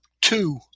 two